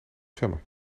zwemmen